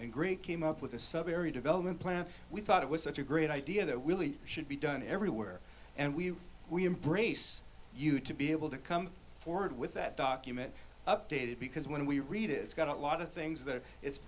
that came up with a very development plan we thought it was such a great idea that really should be done everywhere and we we embrace you to be able to come forward with that document because when we read it it's got a lot of things that it's